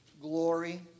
glory